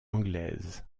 anglaise